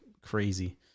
crazy